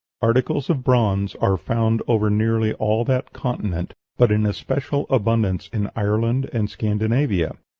articles of bronze are found over nearly all that continent, but in especial abundance in ireland and scandinavia.